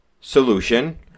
solution